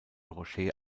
roger